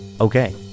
Okay